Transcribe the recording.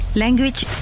language